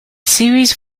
series